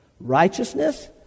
Righteousness